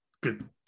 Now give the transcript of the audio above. good